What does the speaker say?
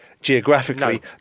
geographically